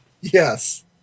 Yes